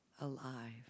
alive